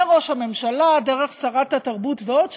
מראש הממשלה דרך שרת התרבות ועוד,